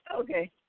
Okay